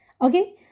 Okay